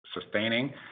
sustaining